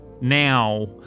now